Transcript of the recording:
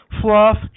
fluff